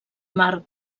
mar